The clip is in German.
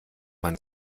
man